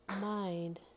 Mind